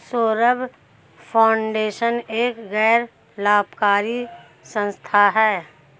Saurabh foundation एक गैर लाभकारी संस्था है